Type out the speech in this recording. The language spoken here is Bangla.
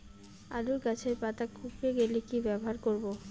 আলুর গাছের পাতা কুকরে গেলে কি ব্যবহার করব?